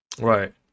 Right